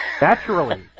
Naturally